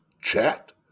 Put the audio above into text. Chat